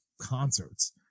concerts